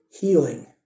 healing